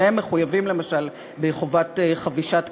והם מחויבים למשל בחובת חבישת קסדה,